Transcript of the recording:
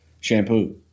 shampoo